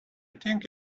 think